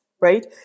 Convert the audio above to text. right